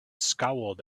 scowled